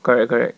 correct correct